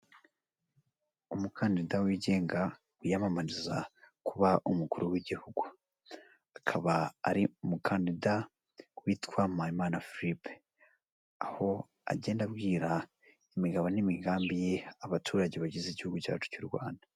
Umukandida wigenga, wiyamamariza kuba umukuru w'igihugu. Akaba ari umukandida witwa Mpayimana Phillipe. Aho agenda abwira imigabo n'imigambi ye abaturage bagize igihugu cyacu cy'u Rwanda.